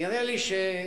נראה לי ההיפך,